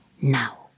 now